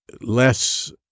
less